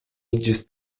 iĝis